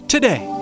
Today